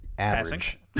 average